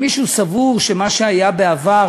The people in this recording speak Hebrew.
אם מישהו סבור שמה שהיה בעבר,